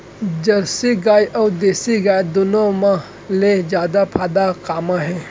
Jersey गाय अऊ देसी गाय दूनो मा ले जादा फायदा का मा हे?